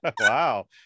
wow